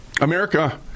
America